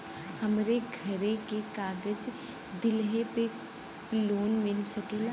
हमरे घरे के कागज दहिले पे लोन मिल सकेला?